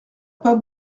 pas